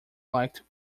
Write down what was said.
liked